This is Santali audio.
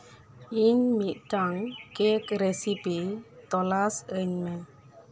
ᱤᱧ ᱢᱤᱫᱴᱟᱝ ᱠᱮᱠ ᱨᱮᱥᱤᱯᱤ ᱛᱚᱞᱟᱥ ᱟᱹᱧ ᱢᱮ